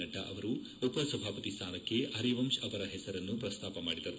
ನಡ್ಡಾ ಅವರು ಉಪಸಭಾಪತಿ ಸ್ವಾನಕ್ಷೆ ಪರಿವಂಶ್ ಅವರ ಹೆಸರನ್ನು ಪ್ರಸ್ತಾಪ ಮಾಡಿದರು